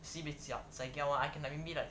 sibeh zai kai [one] I can like maybe like